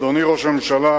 אדוני ראש הממשלה,